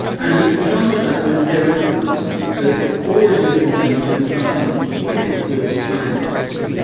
and he contrasted that with theoretical understanding. so always in wittgenstein he was contrasting what he did with what scientists do.